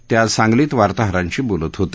ते आज सांगलीत वार्ताहरांशी बोलत होते